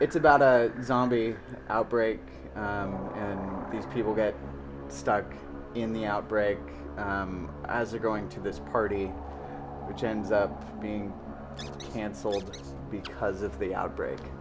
it's about a zombie outbreak and these people get stuck in the outbreak as are going to this party which ends up being canceled because of the outbreak